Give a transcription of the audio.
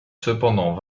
cependant